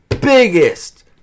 biggest